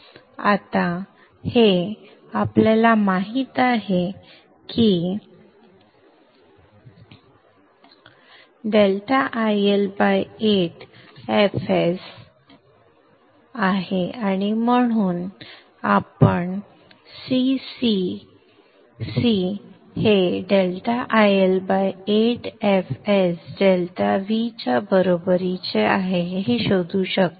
आता हे आपल्याला माहित आहे की ∆IL 8fs आहे आणि म्हणून आपण C C हे ∆IL 8fs ∆V च्या बरोबरीचे आहे हे शोधू शकतो